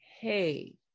hey